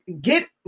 get